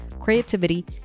creativity